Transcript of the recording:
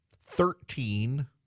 thirteen